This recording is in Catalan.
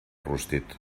rostit